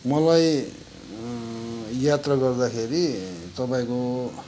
मलाई यात्रा गर्दाखेरि तपाईँको